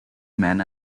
men